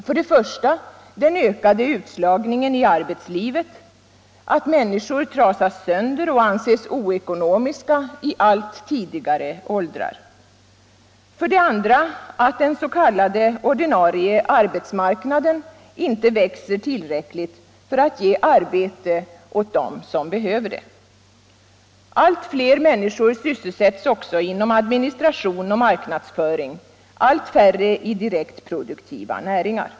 För det första den ökade utslagningen i arbetslivet — att människor trasas sönder och anses oekonomiska i allt tidigare åldrar. För det andra att den s.k. ordinarie arbetsmarknaden inte växer tillräckligt för att ge arbete åt dem som behöver det. Allt fler människor sysselsätts också inom administration och marknadsför ing, allt färre i mer produktiva näringar.